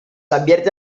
advierte